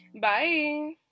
Bye